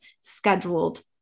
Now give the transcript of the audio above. scheduled